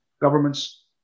Governments